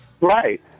Right